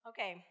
Okay